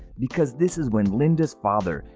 because this is when linda's father,